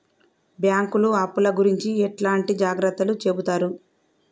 బ్యాంకులు అప్పుల గురించి ఎట్లాంటి జాగ్రత్తలు చెబుతరు?